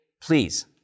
Please